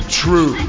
true